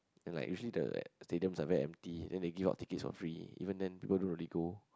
like usually the stadiums are very empty then they give out tickets for free even then people don't really go